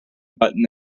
button